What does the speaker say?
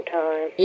time